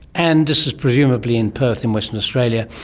and this is presumably in perth in western australia,